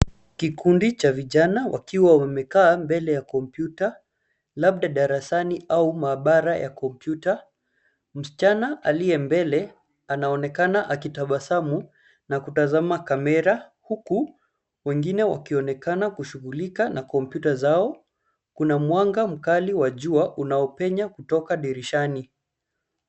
Kikundi cha vijana wakiwa wamekaa mbele ya kompyuta, labda darasani au maabara ya kompyuta. Msichana aliye mbele anaonekana akitabasamu, na kutazama kamera huku, wengine wakionekana kushughulika na kompyuta zao. Kuna mwanga mkali wa jua, unaopenya kutoka dirishani.